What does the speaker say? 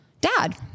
dad